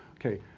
okay,